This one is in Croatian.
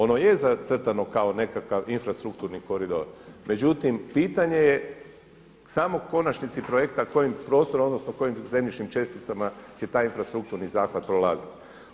Ono je zacrtano kao nekakav infrastrukturni koridor, međutim pitanje je samo u konačnici projekta kojim prostorom odnosno kojim zemljišnim česticama će taj infrastrukturni zahvat prolazit.